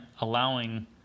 allowing